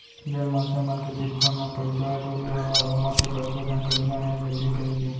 जेन मनसे मन के चिटफंड म पइसा ह डुबे हवय ओमा के कतको झन कहिना हे मिलही कहिके